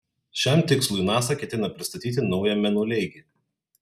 šiam tikslui nasa ketina pristatyti naują mėnuleigį